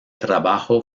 trabajo